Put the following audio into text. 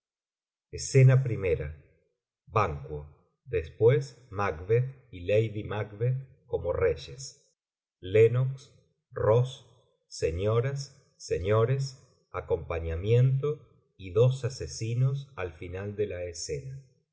escena primera banquo después macbeth y lady macbeth como reyes lennox ross señoras señores acompañamiento y dos asesinos al final de la escena